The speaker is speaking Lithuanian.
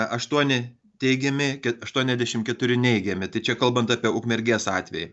aštuoni teigiami ket aštuoniasdešimt keturi neigiami tai čia kalbant apie ukmergės atvejį